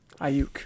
Ayuk